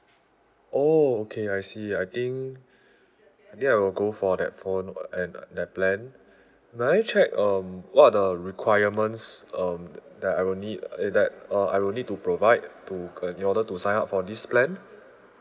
oh okay I see I think ya I will go for that phone uh and that plan can I check um what are the requirements um that I will need eh that uh I will need to provide to uh in order to sign up for this plan